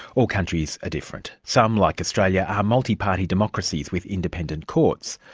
all countries are different. some, like australia, are multi-party democracies with independent courts.